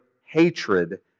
hatred